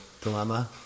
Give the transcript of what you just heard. Dilemma